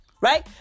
right